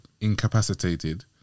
incapacitated